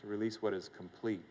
to release what is complete